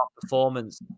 performance